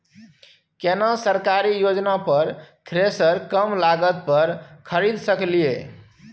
केना सरकारी योजना पर थ्रेसर कम लागत पर खरीद सकलिए?